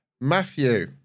Matthew